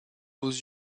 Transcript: aux